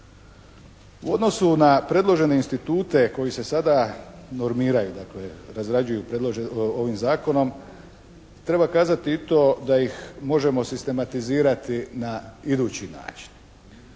U odnosu na predložene institute koji se sada normiraju dakle razrađuju ovim zakonom. Treba kazati i to da ih možemo sistematizirati na idući način.